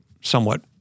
somewhat